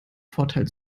vorteil